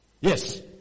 Yes